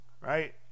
Right